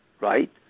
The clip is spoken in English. right